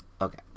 Okay